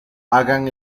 hagan